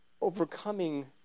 overcoming